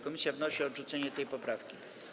Komisja wnosi o odrzucenie tej poprawki.